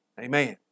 Amen